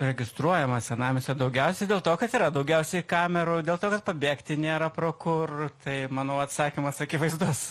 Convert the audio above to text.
registruojama senamiestyje daugiausia dėl to kad yra daugiausiai kamerų dėl to kad pabėgti nėra pro kur tai manau atsakymas akivaizdus